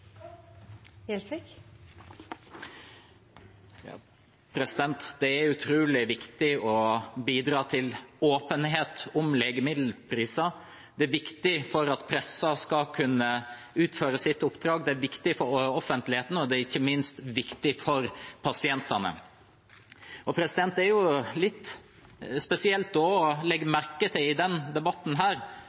utrolig viktig å bidra til åpenhet om legemiddelpriser. Det er viktig for at pressen skal kunne utføre sitt oppdrag, det er viktig for offentligheten, og det er ikke minst viktig for pasientene. Det er jo også litt spesielt å legge merke til i denne debatten